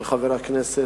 של חבר הכנסת